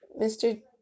Mr